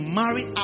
marry